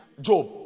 Job